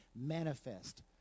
Manifest